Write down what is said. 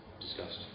discussed